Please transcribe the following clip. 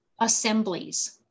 assemblies